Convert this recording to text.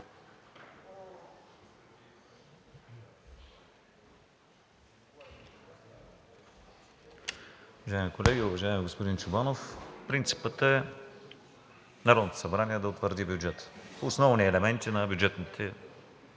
Уважаеми колеги! Уважаеми господин Чобанов, принципът е Народното събрание да утвърди бюджета, основни елементи на бюджетните